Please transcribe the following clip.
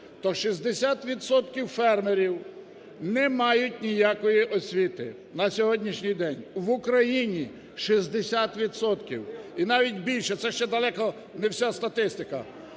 фермерів не мають ніякої освіти. На сьогоднішній день в Україні 60 відсотків і навіть більше, це ще далеко не вся статистика.